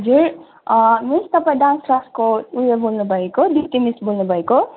हजुर मिस तपाईँ डान्स क्लासको उयो बोल्नु भएको रितु मिस बोल्नु भएको